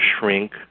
shrink